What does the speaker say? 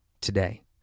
today